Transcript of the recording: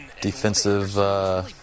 defensive